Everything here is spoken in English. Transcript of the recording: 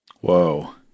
Whoa